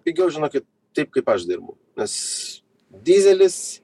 pigiau žinokit taip kaip aš dirbu nes dyzelis